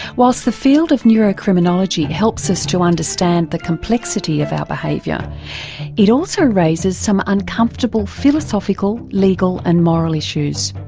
while so the field of neurocriminology helps us to understand the complexity of our behaviour it also raises some uncomfortable philosophical, legal and moral issues.